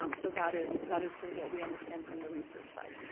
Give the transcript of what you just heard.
um so that is that is sort of what we understand from the research side.